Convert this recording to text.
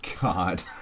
god